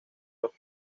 los